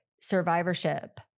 survivorship